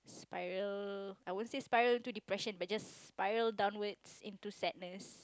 spiral I won't say spiral to depression but just spiral downwards into sadness